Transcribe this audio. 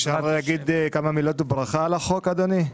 אפשר להגיד כמה מילות ברכה על החוק, אדוני?